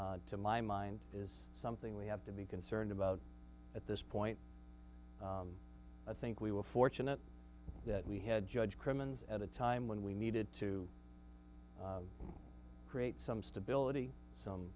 to my mind is something we have to be concerned about at this point i think we were fortunate that we had judge crimmins at a time when we needed to create some stability some